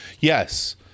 Yes